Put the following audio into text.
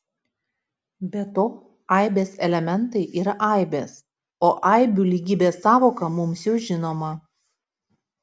be to aibės elementai yra aibės o aibių lygybės sąvoka mums jau žinoma